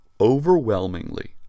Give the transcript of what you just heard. overwhelmingly